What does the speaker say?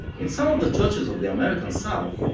in some of the churches of the american south,